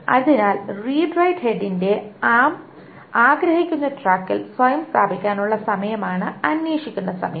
അതിനാൽ read write ഹെഡിന്റെ arm ആഗ്രഹിക്കുന്ന ട്രാക്കിൽ സ്വയം സ്ഥാപിക്കാനുള്ള സമയമാണ് അന്വേഷിക്കുന്ന സമയം